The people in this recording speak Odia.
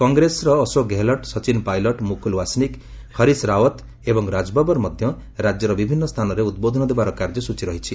କଂଗ୍ରେସର ଅଶୋକ ଗେହଲଟ୍ ସଚିନ୍ ପାଇଲଟ୍ ମୁକୁଲ୍ ୱାସ୍ନିକ୍ ହରୀଶ୍ ରାୱତ୍ ଏବଂ ରାଜବାବର ମଧ୍ୟ ରାଜ୍ୟର ବିଭିନ୍ନ ସ୍ଥାନରେ ଉଦ୍ବୋଧନ ଦେବାର କାର୍ଯ୍ୟସୂଚୀ ରହିଛି